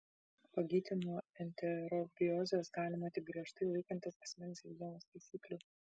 pagyti nuo enterobiozės galima tik griežtai laikantis asmens higienos taisyklių